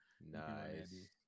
Nice